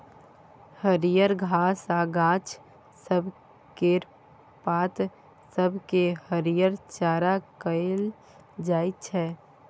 हरियर घास आ गाछ सब केर पात सब केँ हरिहर चारा कहल जाइ छै